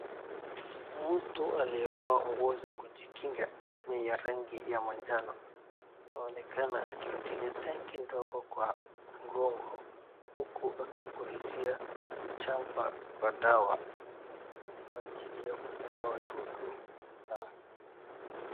Mtu aliyevaa nguo za kujikinga ya rangi ya manjano anaonekana ameekelea tanki ndogo kwa mgongo huku akipulizia shamba kwa dawa kwa ajili ya kuua wadudu na..